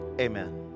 amen